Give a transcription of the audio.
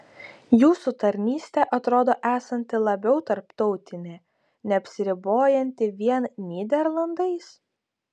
jūsų tarnystė atrodo esanti labiau tarptautinė neapsiribojanti vien nyderlandais